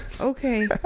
Okay